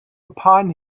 upon